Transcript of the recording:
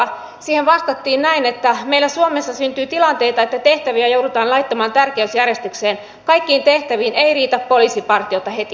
siihen vastattiin näin että meillä suomessa syntyy tilanteita että tehtäviä joudutaan laittamaan tärkeysjärjestykseen kaikkiin tehtäviin ei riitä poliisipartiota heti